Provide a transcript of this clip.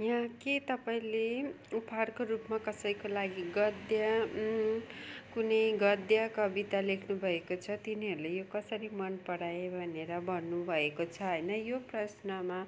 यहाँ के तपाईँले उपहारको रूपमा कसैको लागि गद्य कुनै गद्य कविता लेख्नु भएको छ तिनीहरूले यो कसरी मन पराए भनेर भन्नु भएको छ होइन यो प्रश्नमा